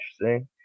interesting